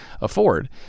afford